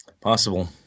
Possible